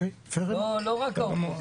לא רק האופוזיציה.